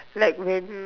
like when